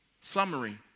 summary